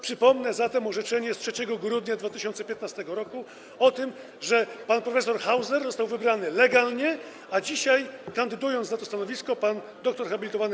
Przypomnę zatem orzeczenie z 3 grudnia 2015 r. o tym, że pan prof. Hauser został wybrany legalnie, a dzisiaj, kandydując na to stanowisko, pan dr hab.